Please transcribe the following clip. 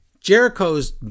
Jericho's